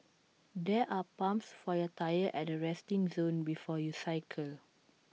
there are pumps for your tyres at the resting zone before you cycle